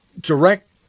direct